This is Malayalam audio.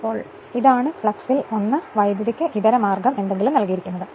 അതിനാൽ ഇതാണ് ഫ്ളക്സിൽ ഒന്ന് വൈദ്യുതിക്ക് ഇതര മാർഗം എന്തെങ്കിലും നൽകിയിരിക്കുന്നു